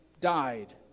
died